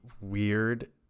weird